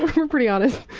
we're pretty honest.